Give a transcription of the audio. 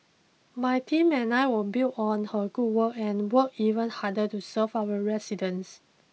my team and I will build on her good work and work even harder to serve our residents